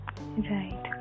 Right